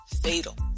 fatal